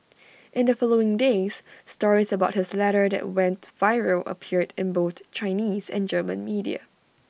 in the following days stories about his letter that went viral appeared in both Chinese and German media